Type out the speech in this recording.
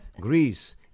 Greece